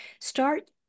Start